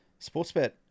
Sportsbet